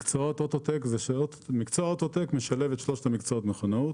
מקצוע אוטו-טק משלב את שלושת המקצועות מכונאות,